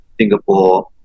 Singapore